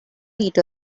meet